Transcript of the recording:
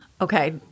Okay